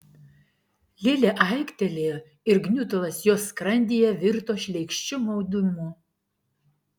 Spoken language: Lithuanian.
lilė aiktelėjo ir gniutulas jos skrandyje virto šleikščiu maudimu